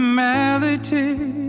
melody